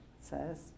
says